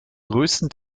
größten